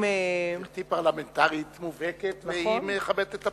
גברתי פרלמנטרית מובהקת, והיא מכבדת את הפרלמנט.